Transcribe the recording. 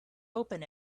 open